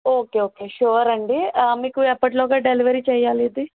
okay okay sure అండి మీకు ఎప్పటిలోగా డెలివరీ చేయాలి ఇది